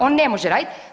On ne može raditi.